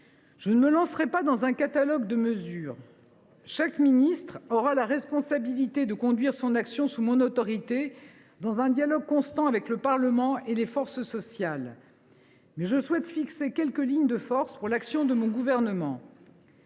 Je ne me lancerai pas dans un catalogue de mesures. Chaque ministre aura la responsabilité de conduire son action sous mon autorité, dans un dialogue constant avec le Parlement et les forces sociales. Mais je souhaite fixer quelques lignes de force pour l’action de mon gouvernement.